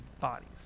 bodies